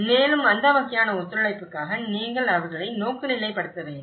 மேலும் அந்த வகையான ஒத்துழைப்புக்காக நீங்கள் அவர்களை தயார்படுத்த வேண்டும்